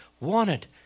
wanted